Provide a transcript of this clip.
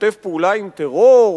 משתף פעולה עם טרור,